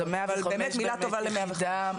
אז זאת מילה טובה ל-105.